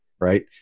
right